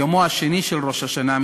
ביומו השני של ראש השנה,